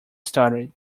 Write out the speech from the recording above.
started